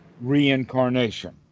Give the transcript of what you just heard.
reincarnation